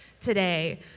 today